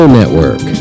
Network